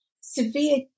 severe